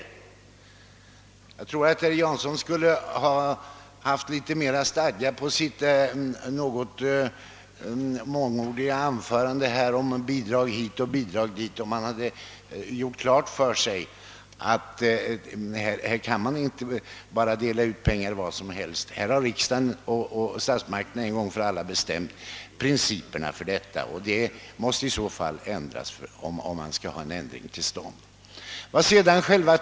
Jag tror att herr Jansson skulle ha fått mera stadga på sitt något mångordiga anförande om bidrag hit och bidrag dit, om han hade haft klart för sig att man här inte kan dela ut pengar hur som helst. Statsmakterna har t.v. fastställt principerna härför. För att vi skall kunna tillmötesgå herr Janssons önskemål måste vi alltså först ändra dessa principer.